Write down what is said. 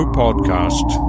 podcast